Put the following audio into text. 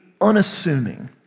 unassuming